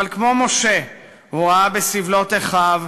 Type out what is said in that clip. אבל כמו משה הוא ראה בסבלות אחיו,